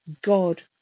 God